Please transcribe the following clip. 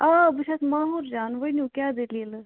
آ بہٕ چھَس ماحور جان ؤنِو کیٛاہ دٔلیل ٲس